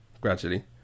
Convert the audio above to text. gradually